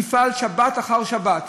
יפעל שבת אחר שבת